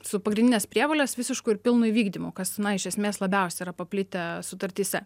su pagrindinės prievolės visišku ir pilnu įvykdymu kas na iš esmės labiausia yra paplitę sutartyse